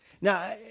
Now